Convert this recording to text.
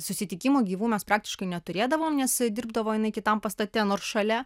susitikimų gyvų mes praktiškai neturėdavom nes dirbdavo jinai kitam pastate nors šalia